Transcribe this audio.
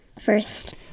First